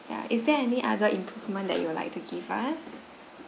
ya is there any other improvement that you would like to give us